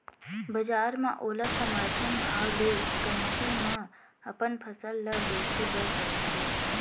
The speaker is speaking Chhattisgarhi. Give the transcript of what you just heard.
बजार म ओला समरथन भाव ले कमती म अपन फसल ल बेचे बर परथे